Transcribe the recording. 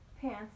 pants